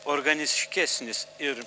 organiškesnis ir